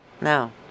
No